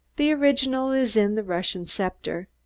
the original is in the russian sceptre.